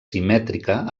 simètrica